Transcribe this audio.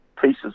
pieces